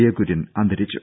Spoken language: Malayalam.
എ കുര്യൻ അന്തരിച്ചു